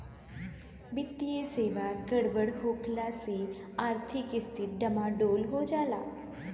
वित्तीय सेवा गड़बड़ होखला से आर्थिक स्थिती डमाडोल हो जाला